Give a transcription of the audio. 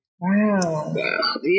Wow